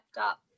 up